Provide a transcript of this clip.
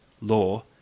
law